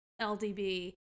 LDB